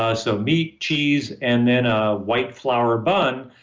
ah so, meat, cheese, and then a white flour bun,